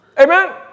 Amen